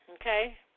okay